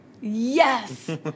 Yes